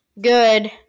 good